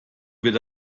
wird